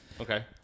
Okay